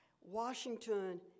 Washington